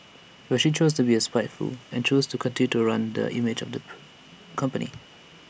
but she chose to be spiteful and chose to continue to ruin the image of the company